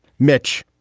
mitch,